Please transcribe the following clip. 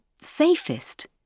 safest